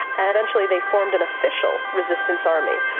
and eventually they formed an official resistance army.